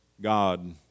God